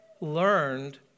learned